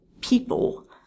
people